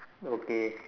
okay